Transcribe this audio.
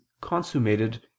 consummated